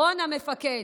רון המפקד.